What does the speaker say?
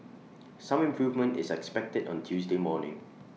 some improvement is expected on Tuesday morning